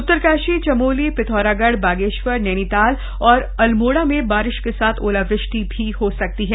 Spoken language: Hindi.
उत्तरकाशी चमोली पिथौरागढ़ बागेश्वर नैनीताल और अल्मोड़ा में बारिश के साथ ओलावृष्टि भी हो सकती है